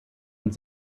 und